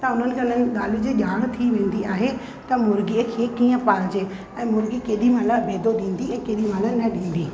त उन्हनि खे उन ॻाल्हि जी ॼाण थी वेंदी आहे त मुर्गीअ खे कीअं पालिजे ऐं मुर्गी केॾी महिल बेदो ॾींदी ऐं केॾी महिल न ॾींदी